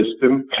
system